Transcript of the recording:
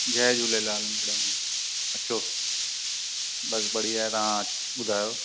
जय झूलेलाल अच्छा बसि बढिया तव्हां ॿुधायो